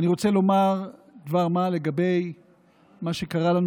אני רוצה לומר דבר מה לגבי מה שקרה לנו